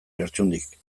lertxundik